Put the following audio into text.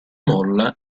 molla